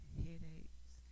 headaches